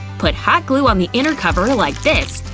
put hot glue on the inner cover like this.